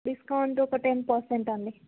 discount ఒక ten percent అండి